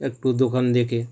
একটু দোকান দেখে